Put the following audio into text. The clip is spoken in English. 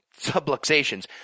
subluxations